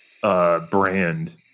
Brand